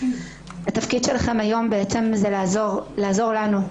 התפקיד שלכם היום בעצם הוא לעזור לנו,